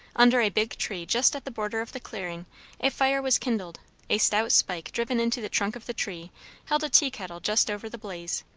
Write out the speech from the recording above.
under a big tree just at the border of the clearing a fire was kindled a stout spike driven into the trunk of the tree held a tea-kettle just over the blaze.